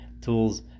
tools